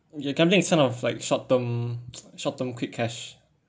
ya gambling is kind of like short term short term quick cash